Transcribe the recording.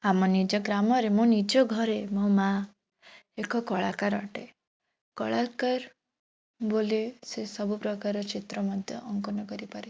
ଆମ ନିଜ ଗ୍ରାମରେ ମୋ ନିଜ ଘରେ ମୋ ମା' ଏକ କଳାକାର ଅଟେ କଳାକାର ବୋଲି ସେ ସବୁପ୍ରକାର ଚିତ୍ର ମଧ୍ୟ ଅଙ୍କନ କରିପାରେ